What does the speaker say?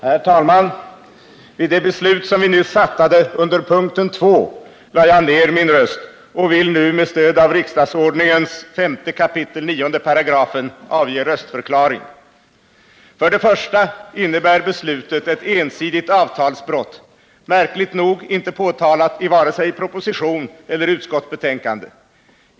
Herr talman! Vid det beslut som vi nyss fattade under p. 2 lade jag ned min röst och vill nu med stöd av riksdagsordningens 5 kap. 9 § avge röstförklaring. För det första innebär beslutet ett ensidigt avtalsbrott, märkligt nog inte påtalat i vare sig proposition eller utskottsbetänkande.